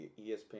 ESPN